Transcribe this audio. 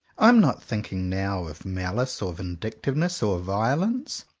i am not thinking now of malice, or vindictiveness, or violence.